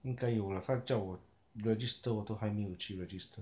应该有 lah 她叫我 register 我都还没有去 register